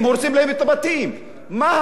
איך יגנו עליהם?